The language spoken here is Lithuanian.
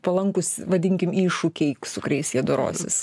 palankūs vadinkim iššūkiai su kuriais jie dorosis